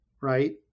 right